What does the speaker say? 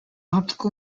optical